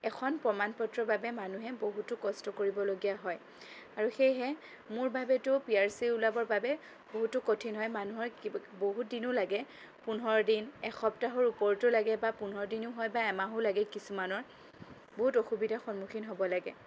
এখন প্ৰমাণ পত্ৰৰ বাবে মানুহে বহুতো কষ্ট কৰিবলগীয়া হয় আৰু সেয়েহে মোৰ বাবেতো পি আৰ চি ওলাবৰ বাবে বহুতো কঠিন হয় মানুহৰ কিবা বহুত দিনো লাগে পোন্ধৰ দিন এসপ্তাহৰ ওপৰতো লাগে বা পোন্ধৰ দিনো হয় বা এমাহো লাগে কিছুমানৰ বহুত অসুবিধাৰ সন্মুখীন হ'ব লাগে